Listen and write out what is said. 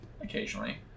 Occasionally